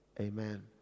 Amen